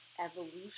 evolution